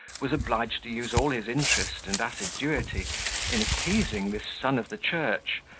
was obliged to use all his interest and assiduity in appeasing this son of the church,